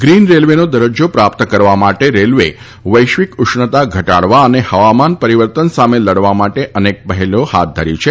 green રેલ્વેનો દરજ્જો પ્રાપ્ત કરવા માટે રેલ્વે વૈશ્વિક ઉષ્ણતા ઘટાડવા અને હવામાન પરિવર્તન સામે લડવા માટે અનેક પહેલ કરી છે